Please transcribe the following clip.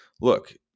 look